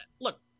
look